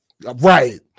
right